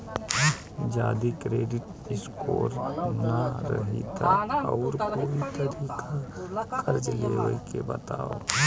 जदि credit score ना रही त आऊर कोई तरीका कर्जा लेवे के बताव?